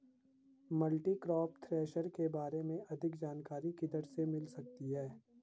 Multicrop thresher के बारे में अधिक जानकारी किधर से मिल सकती है?